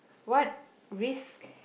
what risk